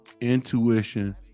intuition